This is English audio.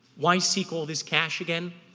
why seek all this cash again?